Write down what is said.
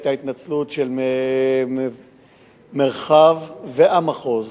היתה התנצלות של המרחב והמחוז,